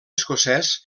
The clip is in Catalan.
escocès